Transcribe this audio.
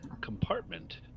compartment